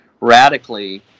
radically